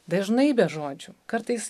dažnai be žodžių kartais